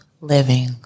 living